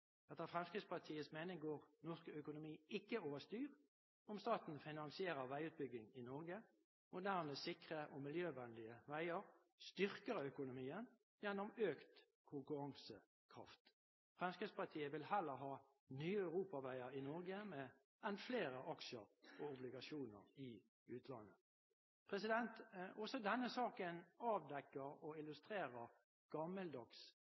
Etter Fremskrittspartiets mening går ikke norsk økonomi over styr om staten finansierer veiutbygging i Norge. Moderne, sikre og miljøvennlige veier styrker økonomien gjennom økt konkurransekraft. Fremskrittspartiet vil heller ha nye europaveier i Norge enn flere aksjer og obligasjoner i utlandet. Også denne